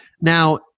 Now